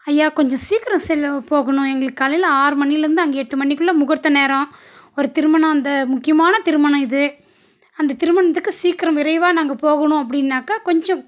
ஐயா கொஞ்சம் சீக்கிரம் செல்ல போகணும் எங்களுக்கு காலையில் ஆறு மணியிலேருந்து அங்கே எட்டு மணிக்குள்ளே முகூர்த்த நேரம் ஒரு திருமணம் அந்த முக்கியமான திருமணம் இது அந்த திருமணத்துக்கு சீக்கிரம் விரைவாக நாங்கள் போகணும் அப்படினாக்க கொஞ்சம்